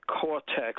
cortex